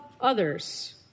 others